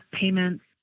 payments